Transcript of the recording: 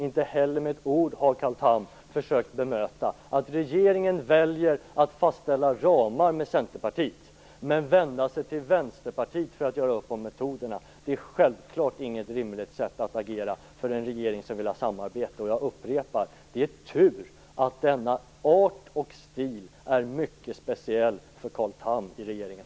Inte heller har han med ett ord försökt bemöta att regeringen väljer att fastställa ramar med Centerpartiet men att vända sig till Vänsterpartiet för att göra upp om metoderna. Det är självklart inget rimligt sätt att agera för en regering som vill ha samarbete. Jag upprepar: Det är tur att denna art och stil är mycket speciell för Carl Tham i regeringen.